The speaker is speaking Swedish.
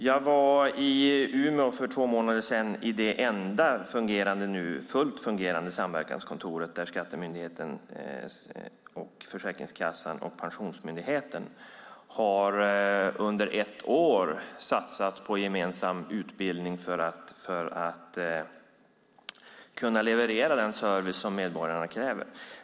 Jag var för två månader sedan i Umeå, i det enda nu fullt fungerande samverkanskontoret där Skatteverket, Försäkringskassan och Pensionsmyndigheten under ett år satsat på gemensam utbildning för att kunna leverera den service som medborgarna kräver.